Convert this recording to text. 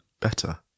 better